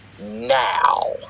Now